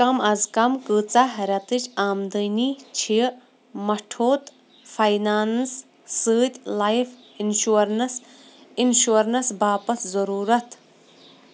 کم اَز کم کۭژاہ رٮ۪تٕچ آمدٕنی چھِ مَٹھوٗٹھ فاینانٛس سۭتۍ لایِف اِنشورنس انشورنس باپتھ ضروٗرت